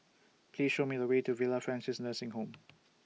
Please Show Me The Way to Villa Francis Nursing Home